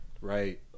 Right